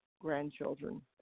grandchildren